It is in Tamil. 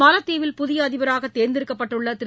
மாலத்தீவில் புதிய அதிபராக தேர்ந்தெடுக்கப்பட்டுள்ள திரு